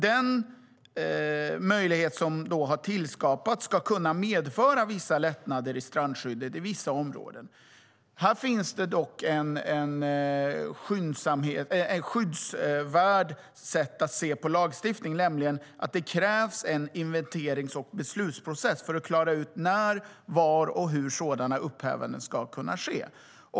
Den möjlighet som har skapats ska kunna medföra vissa lättnader i strandskyddet i vissa områden. Här finns dock ett skydd medtaget i lagstiftningen, nämligen att det krävs en inventerings och beslutsprocess för att klara ut när, var och hur sådana upphävanden ska kunna ske.